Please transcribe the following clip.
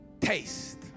taste